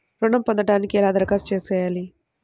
ఋణం పొందటానికి ఎలా దరఖాస్తు చేయాలి?